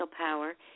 power